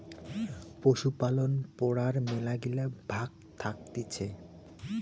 পশুপালন পড়ার মেলাগিলা ভাগ্ থাকতিছে